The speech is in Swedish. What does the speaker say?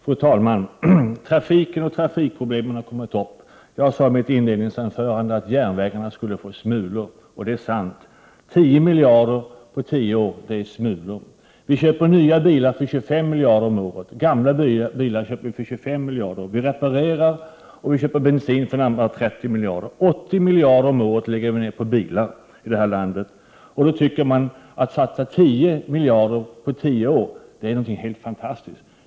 Fru talman! Trafiken och trafikproblemen har tagits upp här. Jag sade i mitt inledningsanförande att järnvägarna skulle få smulor, och det är sant. 10 miljarder på tio år är smulor. Vi köper nya bilar för 25 miljarder kronor om året. Gamla bilar köper vi för 25 miljarder. Vi reparerar bilar och köper bensin för närmare 30 miljarder. 80 miljarder om året lägger vi ner på bilar i det här landet. Ändå tycker man att det är något helt fantastiskt att satsa 10 miljarder på tio år på järnvägstrafiken.